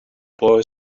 boy